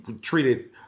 treated